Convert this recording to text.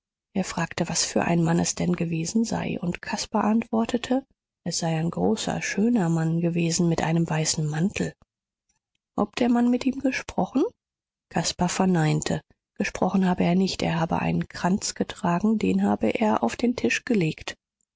er fragte was für ein mann es denn gewesen sei und caspar antwortete es sei ein großer schöner mann gewesen mit einem weißen mantel ob der mann mit ihm gesprochen caspar verneinte gesprochen habe er nicht er habe einen kranz getragen den habe er auf den tisch gelegt